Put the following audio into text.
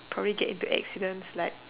probably get into accidents like